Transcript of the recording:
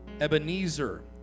Ebenezer